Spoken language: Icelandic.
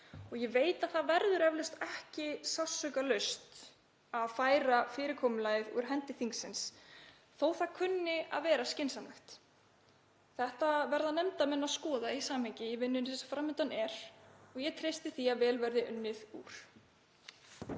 Ég veit að það verður eflaust ekki sársaukalaust að færa fyrirkomulagið úr hendi þingsins þó að það kunni að vera skynsamlegt. Þetta verða nefndarmenn að skoða í samhengi í vinnunni sem fram undan er og ég treysti því að vel verði unnið úr.